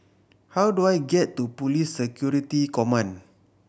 how do I get to Police Security Command